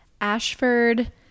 ashford